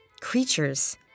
creatures